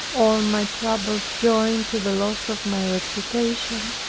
all my troubles, joined to the loss of my reputation,